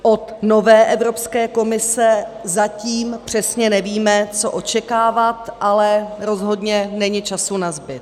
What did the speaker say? Od nové Evropské komise zatím přesně nevíme, co očekávat, ale rozhodně není času nazbyt.